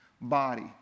body